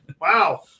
Wow